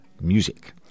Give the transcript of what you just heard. music